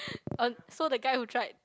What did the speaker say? um so the guy who tried